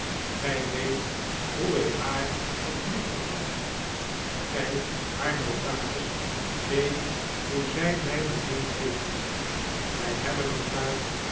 gy weet hoe ik haar heb liefgehad gy haar notaris weet hoe zy my bemind heeft wy hebben elkaar